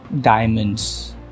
diamonds